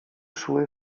szły